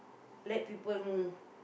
let people